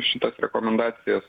šitas rekomendacijas